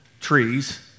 trees